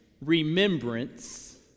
remembrance